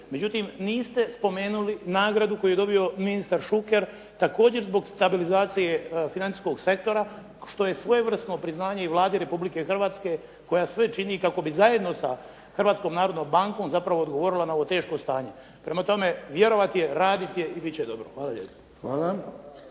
međutim niste spomenuli nagradu koju je dobio ministar Šuker, također zbog stabilizacije financijskog sektora što je svojevrsno priznanje i Vladi Republike Hrvatske koja sve čini kako bi zajedno sa Hrvatskom narodnom bankom zapravo odgovorila na ovo teško stanje. Prema tome, vjerovat je, radit je i bit će dobro. Hvala lijepo.